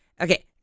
Okay